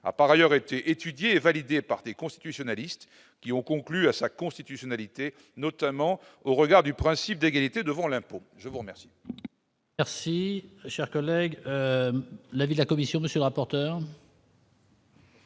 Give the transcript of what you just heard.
a part ailleurs été étudiés et validés par des constitutionnalistes qui ont conclu à sa constitutionnalité, notamment au regard du principe d'égalité devant l'impôt, je vous remercie.